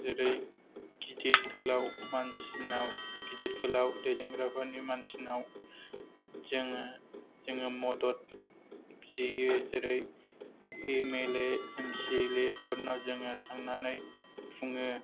जेरै गिदिर गोलाव मानसिनाव गिदित गोलाव दैदेनग्राफोरनि मानसिनाव जोङो जोङो मदद बिहैयो जेरै एमएलए एमसिएलए फोरनाव जोङो थांनानै बुङो